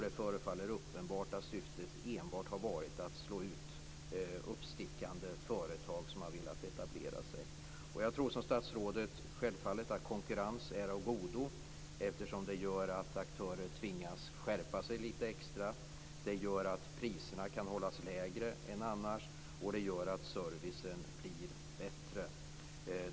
Det förefaller uppenbart att syftet enbart har varit att slå ut uppstickande företag som velat etablera sig. Jag tror liksom statsrådet självfallet att konkurrens är av godo, eftersom den gör att aktörer tvingas skärpa sig lite extra, att priserna kan hållas lägre än annars och att servicen blir bättre.